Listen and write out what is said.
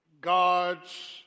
God's